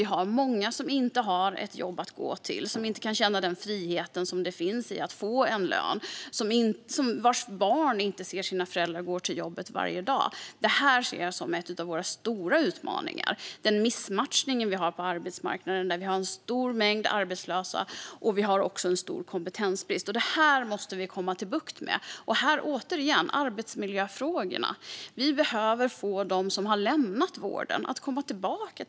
Vi har många som inte har ett jobb att gå till och som inte kan känna den frihet det innebär att få en lön. Deras barn ser inte sina föräldrar gå till jobbet varje dag, och det här ser jag som en av våra stora utmaningar. Det är en missmatchning vi har på arbetsmarknaden med en stor mängd arbetslösa och en stor kompetensbrist. Det här måste vi få bukt med. Återigen handlar det om arbetsmiljöfrågorna. Vi behöver få dem som har lämnat vården att komma tillbaka.